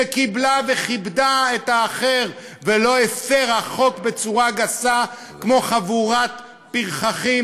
שקיבלה וכיבדה את האחר ולא הפרה חוק בצורה גסה כמו חבורת פרחחים